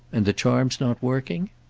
and the charm's not working?